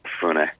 funny